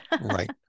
Right